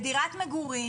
בדירת מגורים,